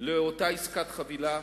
לאותה עסקת חבילה,